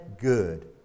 good